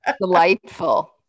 delightful